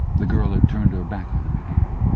the girl had turned her back on him again.